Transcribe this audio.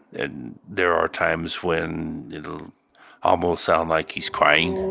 and there are times when it'll almost sound like he's crying